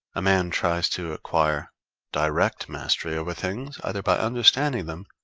a man tries to acquire direct mastery over things, either by understanding them,